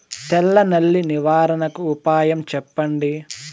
తెల్ల నల్లి నివారణకు ఉపాయం చెప్పండి?